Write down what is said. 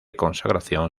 consagración